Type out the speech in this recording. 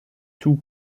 two